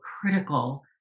critical